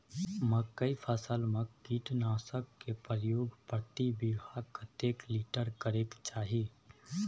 मकई फसल में कीटनासक के प्रयोग प्रति बीघा कतेक लीटर करय के चाही?